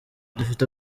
dufite